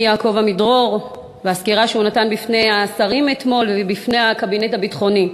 יעקב עמידרור ובסקירה שלו אתמול לפני השרים והקבינט הביטחוני.